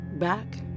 Back